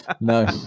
No